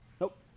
Nope